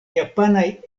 japanaj